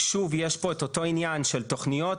שוב יש פה את אותו עניין של תוכנית,